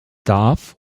darf